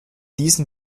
diesen